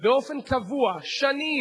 באופן קבוע, שנים,